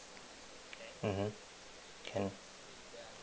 mmhmm can